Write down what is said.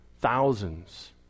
thousands